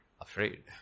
afraid